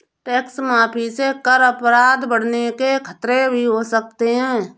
tax माफी से कर अपराध बढ़ने के खतरे भी हो सकते हैं